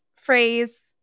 phrase